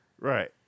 Right